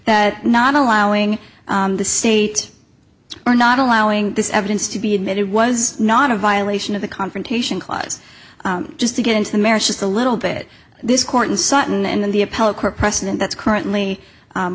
that not allowing the state or not allowing this evidence to be admitted was not a violation of the confrontation clause just to get into the marriage just a little bit this court in sutton and then the appellate court precedent that's currently